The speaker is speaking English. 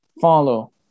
Follow